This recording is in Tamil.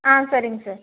ஆ சரிங்க சார்